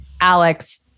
Alex